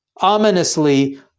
Ominously